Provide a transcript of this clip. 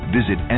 visit